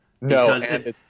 No